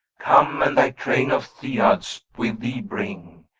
come, and thy train of thyiads with thee bring,